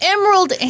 Emerald